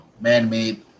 man-made